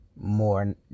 more